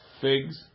figs